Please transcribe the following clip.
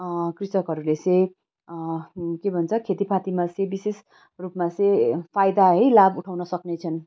कृषकहरूले चाहिँ के भन्छ खेतीपातीमा चाहिँ विशेष रूपमा चाहिँ फाइदा है लाभ उठाउनु सक्नेछन्